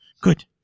Good